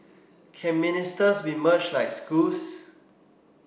can ministers be merged like schools